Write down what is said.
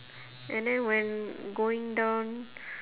and then when going down